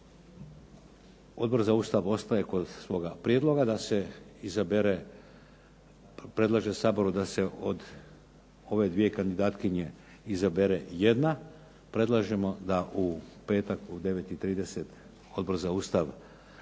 Odbor za Ustav ostaje kod svoga prijedloga da se predlaže Saboru da se od ove dvije kandidatkinje, izabere jedna, predlažemo da u petak u 9 i 30 Odbor za Ustav raspravi,